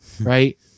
right